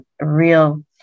real